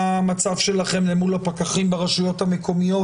מה המצב שלכם למול הפקחים ברשויות המקומיות,